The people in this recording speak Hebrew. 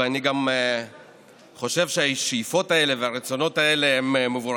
ואני גם חושב שהשאיפות האלה והרצונות האלה הם מבורכים,